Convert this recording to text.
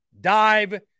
dive